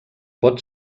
pot